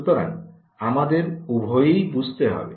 সুতরাং আমাদের উভয়ই বুঝতে হবে